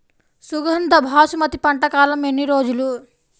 సుగంధ బాసుమతి పంట కాలం ఎన్ని రోజులు?